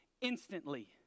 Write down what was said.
instantly